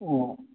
ꯑꯣ